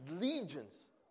legions